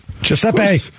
Giuseppe